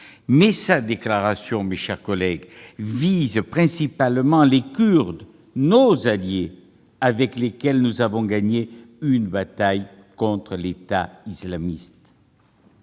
mais sa déclaration, mes chers collègues, vise principalement les Kurdes, nos alliés, avec lesquels nous avons gagné une bataille contre l'État islamique